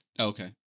Okay